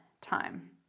time